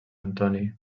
antoni